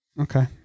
Okay